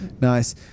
Nice